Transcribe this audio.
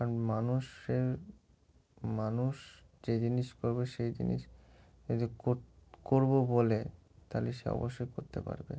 কারণ মানুষের মানুষ যে জিনিস করবে সেই জিনিস যদি করবো বলে তাহলে সে অবশ্যই করতে পারবে